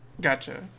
Gotcha